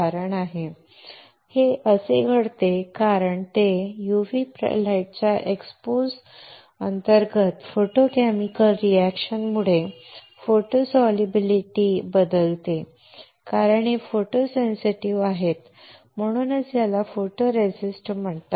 आपल्या पॉझिटिव्ह आणि negative photoresist चे हे उदाहरण आता हे असे घडते कारण ते अतिनील प्रकाशाच्या एक्सपोज अंतर्गत फोटोकेमिकल अभिक्रियामुळे फोटो सोल्युबीलिटी बदलते कारण हे फोटो सेन्सिटिव्ह आहे म्हणूनच याला फोटोरेसिस्ट म्हणतात